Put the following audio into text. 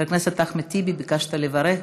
חבר הכנסת אחמד טיבי, ביקשת לברך.